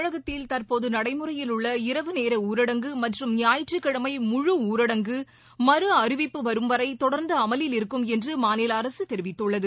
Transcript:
தமிழகத்தில் தற்போதுநடைமுறையில் உள்ள இரவு நேரஊடரங்கு மற்றும் ஞாயிற்றுக்கிழமை முழு ஊரடங்கு மறு அறிவிப்பு வரும் வரைதொடர்ந்துஅமலில் இருக்கும் என்றுமாநிலஅரசுதெரிவித்துள்ளது